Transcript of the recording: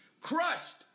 crushed